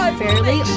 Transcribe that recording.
fairly